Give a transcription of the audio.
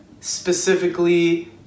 specifically